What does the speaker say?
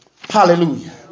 hallelujah